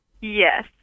Yes